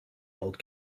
old